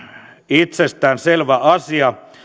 itsestään selvä asia